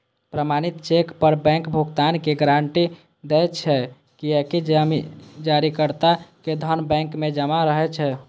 प्रमाणित चेक पर बैंक भुगतानक गारंटी दै छै, कियैकि जारीकर्ता के धन बैंक मे जमा रहै छै